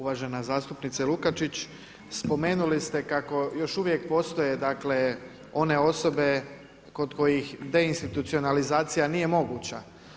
Uvažena zastupnice Lukačić, spomenuli ste kako još uvijek postoje, dakle one osobe kod kojih deinstitucionalizacija nije moguća.